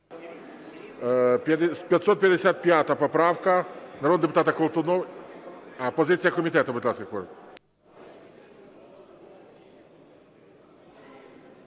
555-а поправка народного депутата Колтуновича. А, позиція комітету, будь ласка, коротко.